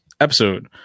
episode